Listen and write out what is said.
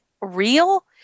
real